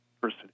person